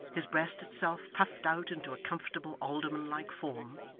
his breast itself puffed out into a comfortable alderman-like form,